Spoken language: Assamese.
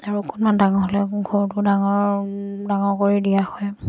আৰু অকণমান ডাঙৰ হ'লে ঘৰটো ডাঙৰ ডাঙৰ কৰি দিয়া হয়